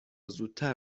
زودتر